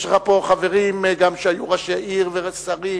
יש לך פה חברים שגם היו ראשי ערים ושרים,